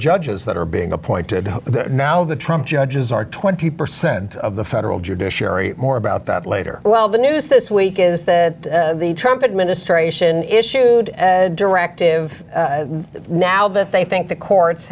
judges that are being appointed now the trump judges are twenty percent of the federal judiciary more about that later well the news this week is that the trump administration issued a directive now that they think the courts